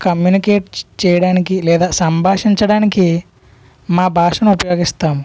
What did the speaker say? communicate చేయడానికి లేదా సంభాషించడానికి మా భాషను ఉపయోగిస్తాము